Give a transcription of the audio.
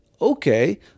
okay